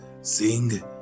sing